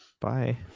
Bye